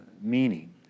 meaning